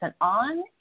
on